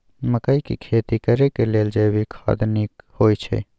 मकई के खेती करेक लेल जैविक खाद नीक होयछै?